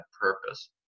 purpose